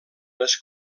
les